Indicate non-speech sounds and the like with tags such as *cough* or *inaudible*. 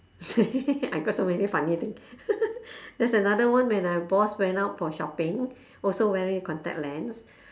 *laughs* I got so many funny thing *laughs* there's another one when my boss went out for shopping also wearing contact lens